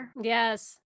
Yes